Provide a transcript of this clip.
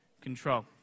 control